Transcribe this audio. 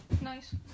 nice